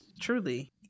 Truly